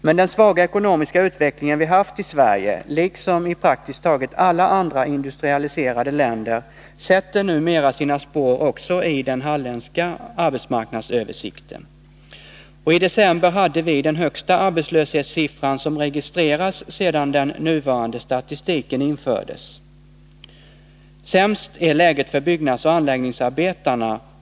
Men den svaga ekonomiska utveckling vi haft i Sverige, liksom i praktiskt taget alla andra industrialiserade länder, sätter numera sina spår också i den halländska arbetsmarknadsöversikten. I december hade vi den högsta arbetslöshetssiffra som registrerats sedan den nuvarande statistiken infördes. Sämst är läget för byggnadsoch anläggningsarbetarna.